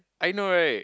I know right